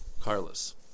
Carlos